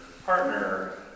partner